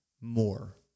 more